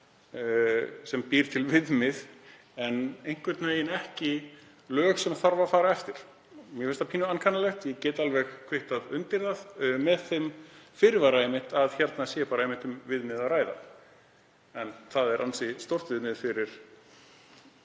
sem býr til viðmið en einhvern veginn ekki lög sem þarf að fara eftir. Mér finnst það pínu ankannalegt, ég get alveg kvittað undir það með þeim fyrirvara að einungis sé um viðmið að ræða en það er ansi stórt viðmið fyrir